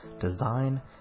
design